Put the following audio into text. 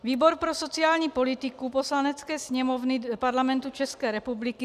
Výbor pro sociální politiku Poslanecké sněmovny Parlamentu České republiky: